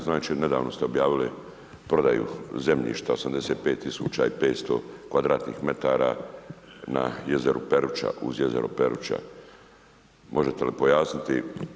Znači nedavno ste objavili prodaju zemljišta 85 tisuća i 500 kvadratnih metara na jezeru Peruća uz jezero Peruća, možete li objasniti?